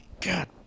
God